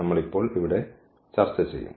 നമ്മൾ ഇപ്പോൾ ഇവിടെ ചർച്ച ചെയ്യും